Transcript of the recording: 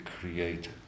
create